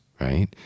right